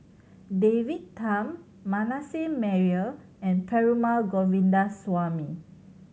David Tham Manasseh Meyer and Perumal Govindaswamy